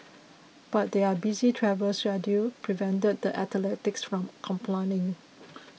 but their busy travel schedule prevented the athletes from complying